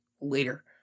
later